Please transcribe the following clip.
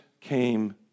came